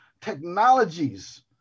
technologies